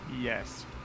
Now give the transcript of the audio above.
yes